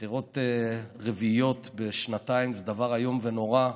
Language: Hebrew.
בחירות רביעיות בשנתיים זה דבר איום ונורא,